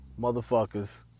motherfuckers